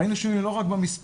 ראינו שינוי לא רק במספרים,